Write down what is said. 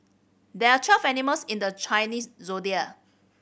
there are twelve animals in the Chinese Zodiac